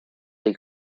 des